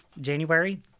January